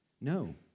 No